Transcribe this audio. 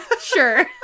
sure